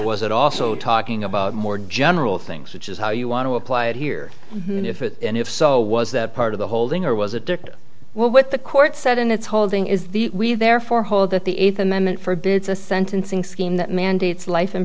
was it also talking about more general things which is how you want to apply it here and if it and if so was that part of the holding or was addicted well what the court said in its holding is the we therefore hold that the eighth amendment forbids a sentencing scheme that mandates life in